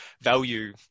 value